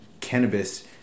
cannabis